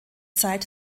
zeit